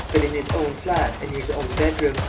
but in his own flat and his own bedroom,